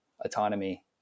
autonomy